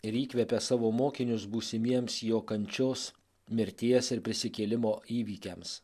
ir įkvepia savo mokinius būsimiems jo kančios mirties ir prisikėlimo įvykiams